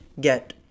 get